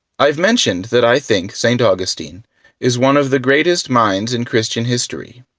i've mentioned that i think st. augustine is one of the greatest minds in christian history.